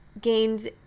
gained